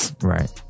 Right